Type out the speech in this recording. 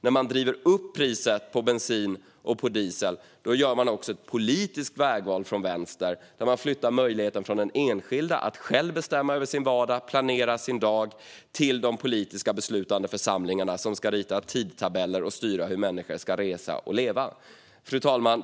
När man driver upp priset på bensin och diesel gör man också ett politiskt vägval från vänsterhåll och flyttar möjligheten från den enskilde att själv bestämma över sin vardag och planera sin dag till de politiska beslutande församlingarna, som ska rita tidtabeller och styra hur människor ska resa och leva. Fru talman!